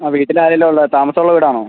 ആ വീട്ടിൽ ആരെല്ലാം ഉള്ള താമസം ഉള്ള വീട് ആണോ